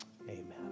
Amen